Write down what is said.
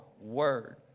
word